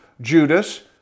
Judas